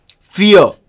Fear